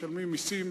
משלמים מסים,